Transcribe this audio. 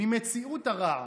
ממציאות הרע,